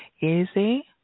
easy